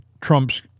Trump's